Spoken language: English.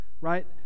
Right